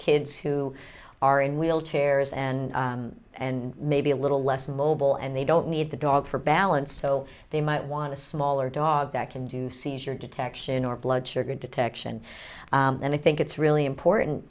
kids who are in wheelchairs and and maybe a little less mobile and they don't need the dog for balance so they might want to smaller dog that can do seizure detection or blood sugar detection and i think it's really important